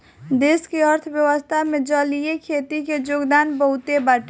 देश के अर्थव्यवस्था में जलीय खेती के योगदान बहुते बाटे